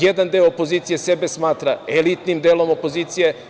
Jedan deo opozicije sebe smatra elitnim delom opozicije.